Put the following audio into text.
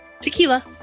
Tequila